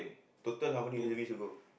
total how many reservist you go